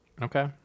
Okay